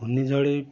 ঘূর্ণিঝড়ে